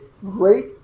great